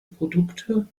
produkte